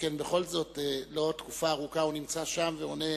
בכל זאת, לא תקופה ארוכה הוא נמצא שם, ועונה